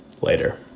later